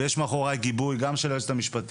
ויש מאחוריי גיבוי גם של היועצת המשפטית.